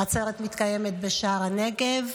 העצרת מתקיימת בשער הנגב,